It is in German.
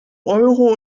euro